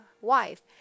wife